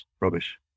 rubbish